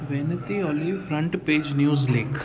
वेनिती ऑली front page news लेख